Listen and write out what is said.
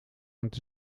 hangt